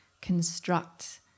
construct